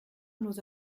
nous